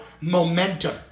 momentum